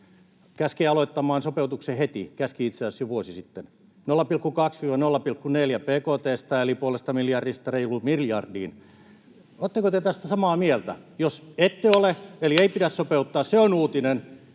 käskee aloittamaan sopeutuksen heti, käski itse asiassa jo vuosi sitten, 0,2—0,4 prosenttia bkt:stä eli puolesta miljardista reiluun miljardiin. Oletteko te tästä samaa mieltä? Jos ette ole, eli että ei